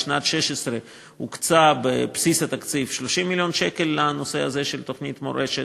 לשנת 2016 הוקצו בבסיס התקציב 30 מיליון שקל לנושא הזה של תוכנית מורשת,